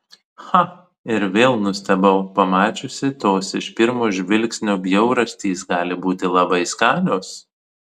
cha ir vėl nustebau pamačiusi tos iš pirmo žvilgsnio bjaurastys gali būti labai skanios